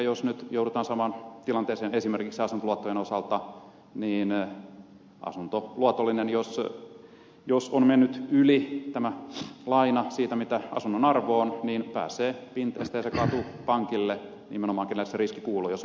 jos nyt joudutaan samaan tilanteeseen esimerkiksi asuntoluottojen osalta asuntoluotollinen jos on mennyt yli tämä laina siitä mitä asunnon arvo on pääsee pinteestä ja se kaatuu pankille nimenomaan kenelle se riski kuuluu jos on liikaa luotottanut